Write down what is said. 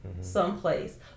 someplace